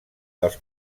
dels